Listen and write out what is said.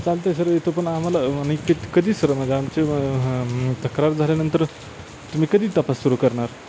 चालते सर येतो पण आम्हाला म्हणजे कित कधी सर माझा आमचे हांं तक्रार झाल्यानंतर तुम्ही कधी तपास सुरू करणार